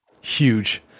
huge